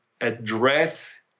address